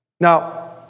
Now